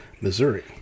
Missouri